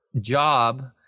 job